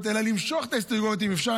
אלא למשוך את ההסתייגויות אם אפשר,